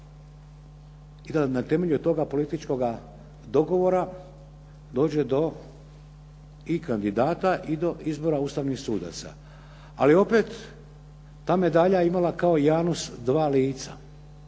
i da na temelju toga političkoga dogovora dođe i do kandidata i do izbora Ustavnih sudaca. Ali opet, ta medalja je imala kao Janus dva lica.